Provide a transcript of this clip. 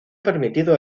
permitido